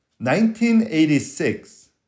1986